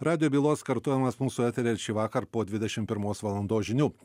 radijo bylos kartojimas mūsų eteryje ir šįvakar po dvidešimt pirmos valandos žinių